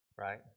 right